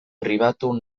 pribatu